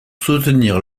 soutenir